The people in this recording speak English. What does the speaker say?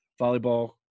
volleyball